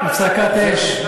הפסקת אש.